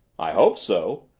i hope so.